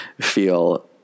feel